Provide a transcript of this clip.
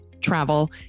travel